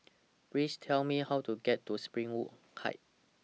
Please Tell Me How to get to Springwood Heights